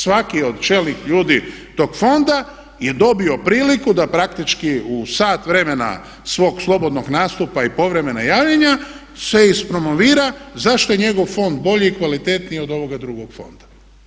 Svaki od čelnih ljudi tog fonda je dobio priliku da praktički u sat vremena svog slobodnog nastupa i povremena javljanja se ispromovira zašto je njegov fond bolji i kvalitetniji od ovoga drugog fonda.